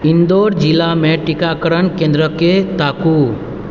इन्दौर जिलामे टीकाकरण केन्द्र के ताकू